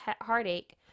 heartache